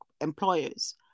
employers